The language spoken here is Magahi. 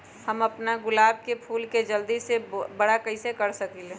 हम अपना गुलाब के फूल के जल्दी से बारा कईसे कर सकिंले?